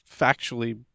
factually